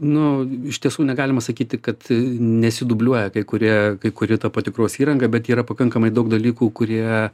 nu iš tiesų negalima sakyti kad nesidubliuoja kai kurie kai kuri ta patikros įranga bet yra pakankamai daug dalykų kurie